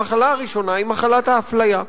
המחלה הראשונה היא מחלת האפליה.